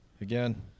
again